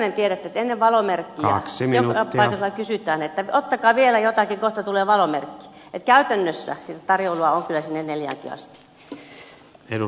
kaikki tiedätte että ennen valomerkkiä joka paikassa vaan kehotetaan että ottakaa vielä jotakin kohta tulee valomerkki niin että käytännössä sitä tarjoilua on kyllä sinne neljäänkin asti